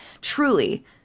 truly